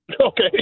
Okay